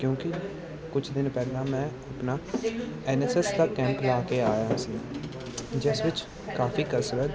ਕਿਉਂਕਿ ਕੁਝ ਦਿਨ ਪਹਿਲਾਂ ਮੈਂ ਆਪਣਾ ਐਨ ਐਸ ਐਸ ਦਾ ਕੈਂਪ ਲਾ ਕੇ ਆਇਆ ਸੀ ਜਿਸ ਵਿੱਚ ਕਾਫੀ ਕਸਰਤ